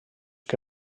que